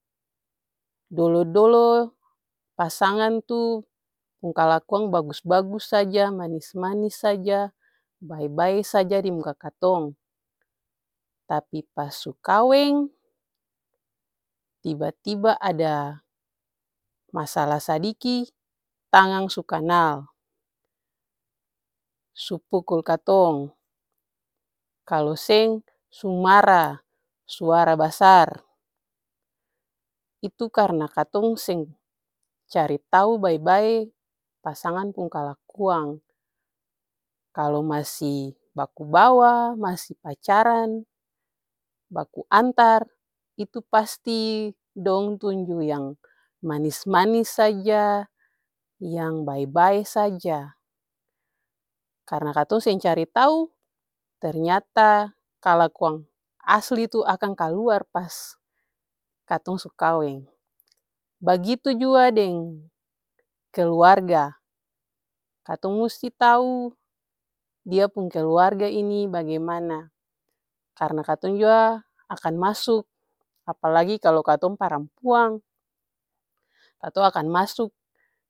Dolo-dolo pasangan tuh pung kalakuang bagus-bagus saja, manis-manis saja, bae-bae saja dimuka katong. Tapi pas su kaweng tiba-tiba ada masala sadiki tangang su kanal, su pukul katong kalu seng su mara, suara basar, itu karna katong seng cari tau bae-bae pasangan pung kalakuang. Kalu masi baku bawa, masi pacaran baku antar itu pasti dong tunju yang manis-manis saja, yang bae-bae saja, karna katong seng cari tau ternyata kalakuan asli tuh akang kaluar pas katong su kaweng. Bagitu jua deng keluarga, katong musti tau dia pung keluarga ini bagimana, karna katong jua akan masuk apalagi kalu katong parampuan katong akan masuk.